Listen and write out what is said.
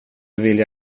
vilja